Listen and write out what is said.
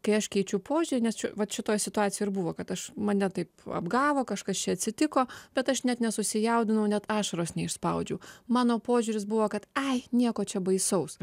kai aš keičiu požiūrį nes vat šitoje situacijoj ir buvo kad aš mane taip apgavo kažkas čia atsitiko bet aš net nesusijaudinau net ašaros neišspaudžiau mano požiūris buvo kad ai nieko čia baisaus